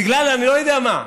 בגלל, אני לא יודע מה,